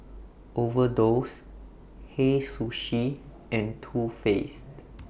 Overdose Hei Sushi and Too Faced